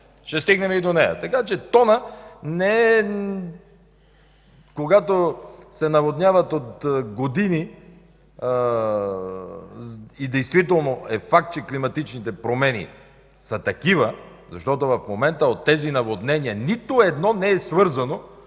Ще стигнем и до нея. Така че тонът не е... Когато се наводняват от години и действително е факт, че климатичните промени са такива, защото в момента от тези наводнения нито едно не е свързано